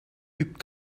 übt